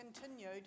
continued